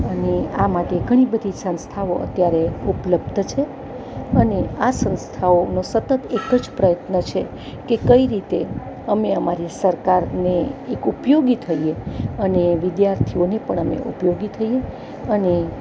અને આ માટે ઘણી બધી સંસ્થાઓ અત્યારે ઉપલબ્ધ છે અને આ સંસ્થાઓનો સતત એક જ પ્રયત્ન છે કે કઈ રીતે અમે અમારી સરકારને એક ઉપયોગી થઈએ અને વિદ્યાર્થીઓને પણ અમે ઉપયોગી થઈએ અને